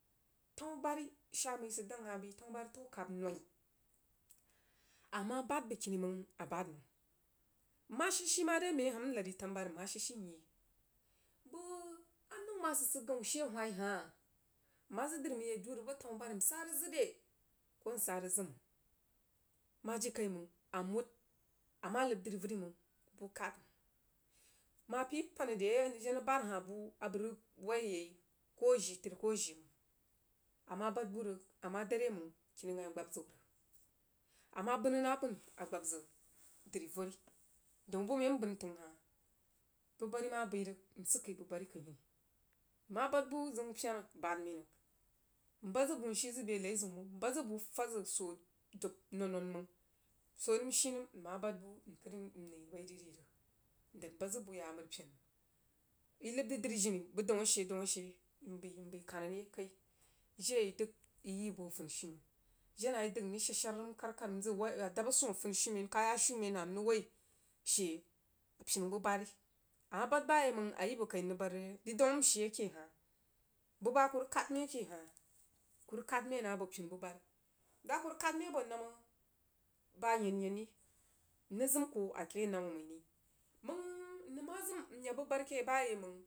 Tanubari shaa maì sid dang hah yoəg yi tanubari təu kab noi amah bad bəgkini mang a bahd mang nmah shii hii mare mai ahah nlad dri tenubari nmah shii myi bəg anəu mah sid-sid ghau she awhai hah nmah zəg dri maí ya duu rig boh tanubari msa rig zəg re koh sah rig zəg mang mah jirikaimang a muhd a mah əb dri ven mang buh kahd mang mah pəi panah deh a nang jen rig bahd hah buh a bəg rig whoi yai koh a jii tri koh a jii mang a mah bahd buh rig a mah dare mang kani gbai gbab zəg wuh a mah bən noh bən a gbah zəg dri vori daun buh mai nbəm t’əng hah buh bari mah bəi rig nrig sighi bubari laihini nmah bahd buh zəun pyena bad mai rig nbəd zəg buh nshii zəg bəa a laiziun mang nbad zəg buh fahd zəg soo dub non-non mang soo nəm shinəm nmah bahd buh nƙr nəi rig nda bahd zəg buh yah aməri pa mang yi ləb drí dri jini bəg daun ashe dam ashe nbəi kanah re kai jire yi dəg yi yi buh a funishumen jenah yi dəg mrig shad-shar nəm kar-kar nzəg wah adabah swoh funishumen kaya funishumen hah nrig woi she pinu buhbari a mah bad bayaimang a yi bəg kai n rig bahd re daun nshe keh hah buba akuh rig khad mai ake hah kah rig kahd mai nah abe buh bari dah kuh rig kahd mai abo bah nammah bah yen yen ri nrig zəm kuh a keh nammah məi ri mang nnem mah zəm a yaj buh bari keh bayaimang.